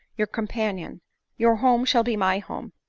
your companion your home shall be my home,